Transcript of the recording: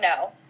no